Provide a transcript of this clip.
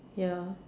ya